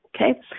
Okay